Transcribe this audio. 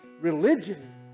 religion